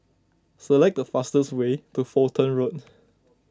select the fastest way to Fulton Road